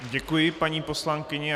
Děkuji, paní poslankyně.